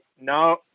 no